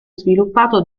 sviluppato